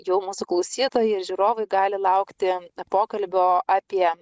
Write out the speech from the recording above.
jau mūsų klausytojai ir žiūrovai gali laukti pokalbio apie